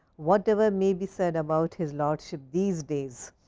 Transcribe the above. whatever may be said about his lordship these days,